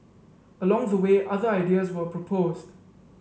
along the way other ideas were proposed